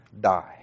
die